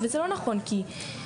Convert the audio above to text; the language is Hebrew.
וזה לא נכון כי אני,